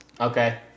Okay